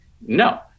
No